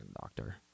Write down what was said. doctor